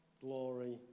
glory